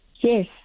Yes